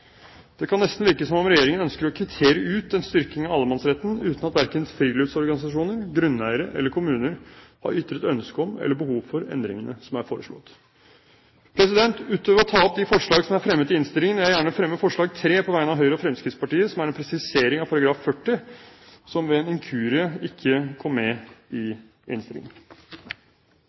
Det kan nesten virke som om regjeringen ønsker å kvittere ut en styrking av allemannsretten uten at verken friluftsorganisasjoner, grunneiere eller kommuner har ytret ønske om eller uttrykt behov for endringene som er foreslått. I tillegg til de forslag fra Høyre og Fremskrittspartiet som er fremmet i innstillingen, vil jeg gjerne på vegne av de samme partier ta opp forslag nr. 3, om en presisering av § 40, som ved en inkurie ikke kom med i innstillingen.